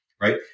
right